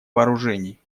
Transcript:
вооружений